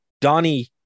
Donnie